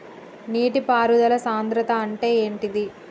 నీటి పారుదల సంద్రతా అంటే ఏంటిది?